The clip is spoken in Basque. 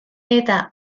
eta